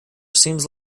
seems